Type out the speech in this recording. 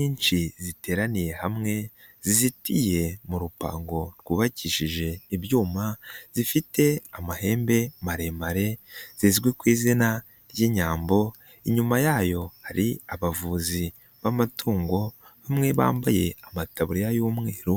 Nyinshi ziteraniye hamwe zizitiye mu rupango rwubakishije ibyuma, zifite amahembe maremare zizwi ku izina ry'inyambo, inyuma yayo hari abavuzi b'amatungo, bamwe bambaye amataburiya y'umweru